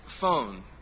phone